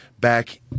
back